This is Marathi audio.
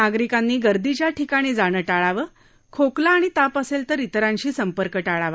नागरिकांनी गर्दीच्या ठिकाणी जाणं टाळावं खोकला आणि ताप असेल तर तिरांशी संपर्क टाळावा